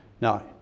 Now